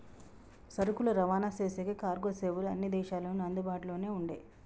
సరుకులు రవాణా చేసేకి కార్గో సేవలు అన్ని దేశాల్లోనూ అందుబాటులోనే ఉండే